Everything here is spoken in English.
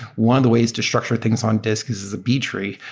one of the ways to structure things on disk is is a b-tree.